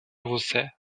você